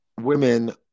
women